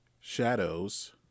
Shadows